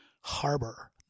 harbor